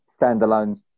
standalone